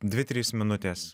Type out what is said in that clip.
dvi trys minutės